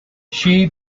she